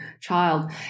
child